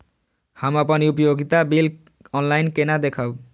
हम अपन उपयोगिता बिल ऑनलाइन केना देखब?